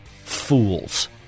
fools